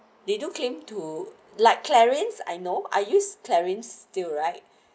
they don't claim to like clarence I know I use clarence still right